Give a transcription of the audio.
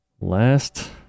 last